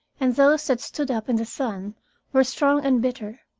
and those that stood up in the sun were strong and bitter.